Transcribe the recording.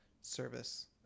service